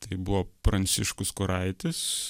tai buvo pranciškus kuraitis